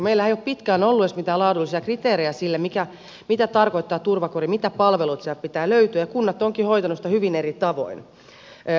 meillähän ei pitkään ole ollut edes mitään laadullisia kriteerejä sille mitä tarkoittaa turvakoti mitä palveluja sieltä pitää löytyä ja kunnat ovatkin hoitaneet sitä hyvin eri tavoin